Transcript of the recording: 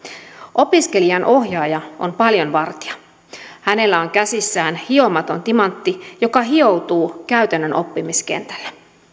opiskelijan ohjaaja on paljon vartija hänellä on käsissään hiomaton timantti joka hioutuu käytännön oppimiskentällä